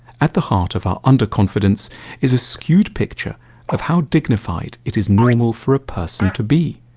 at the heart of our under-confidence is a skewed picture of how dignified it is normal for a person to be.